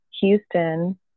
Houston